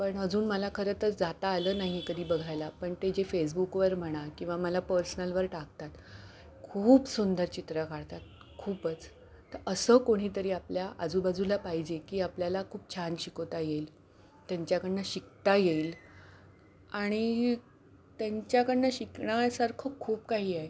पण अजून मला खरं तर जाता आलं नाही कधी बघायला पण ते जे फेसबुकवर म्हणा किंवा मला पर्सनलवर टाकतात खूप सुंदर चित्र काढतात खूपच तर असं कोणीतरी आपल्या आजूबाजूला पाहिजे की आपल्याला खूप छान शिकवता येईल त्यांच्याकडनं शिकता येईल आणि त्यांच्याकडनं शिकण्यासारखं खूप काही आहे